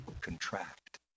contract